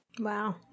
Wow